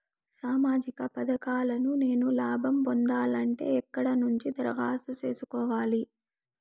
సామాజిక పథకాలను నేను లాభం పొందాలంటే ఎక్కడ నుంచి దరఖాస్తు సేసుకోవాలి?